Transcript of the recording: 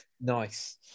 Nice